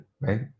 Right